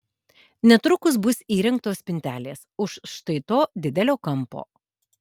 netrukus bus įrengtos spintelės už štai to didelio kampo